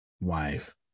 wife